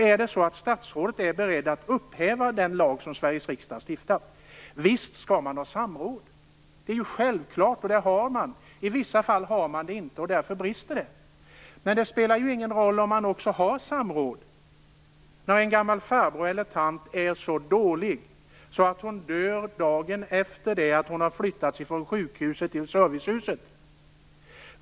Är statsrådet beredd att upphäva den lag som Sveriges riksdag har stiftat? Det är självklart att man skall ha samråd, och det har man. I vissa fall har man det inte, och därför brister det. Men det spelar ju ingen roll om man har samråd, när en gammal tant är så dålig att hon dör dagen efter det att hon har flyttats från sjukhuset till servicehuset.